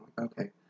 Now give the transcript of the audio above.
Okay